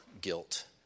guilt